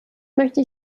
möchte